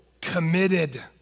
committed